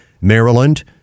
Maryland